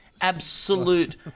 absolute